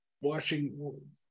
washing